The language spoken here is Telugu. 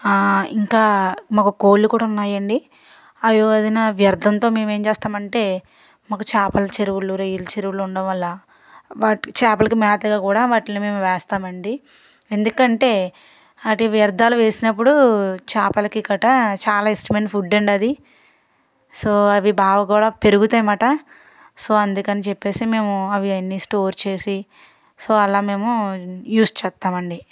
ఇంకా మాకు కోళ్లు కూడా ఉన్నాయండి అవి వదిలిన వ్యర్థంతో మేము ఏం చేస్తామంటే మాకు చేపల చెరువులు రొయ్యలు చెరువులు ఉండవల్ల వాటి చేపలకి మేతగా కూడా వాటిల్ని మేము వేస్తామండి ఎందుకంటే అది వ్యర్ధాలు వేసినప్పుడు చేపలకి కట్ట చాలా ఇష్టమైన ఫుడ్ అండి అది సో అవి బాగా కూడా పెరుగుతాయి అనమాట సో అందుకని చెప్పేసి మేము అవి అన్ని స్టోర్ చేసి సో అలా మేము యూస్ చేస్తామండి